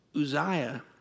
Uzziah